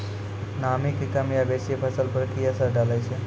नामी के कम या बेसी फसल पर की असर डाले छै?